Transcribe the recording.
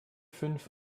fünf